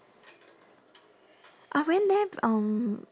I went there um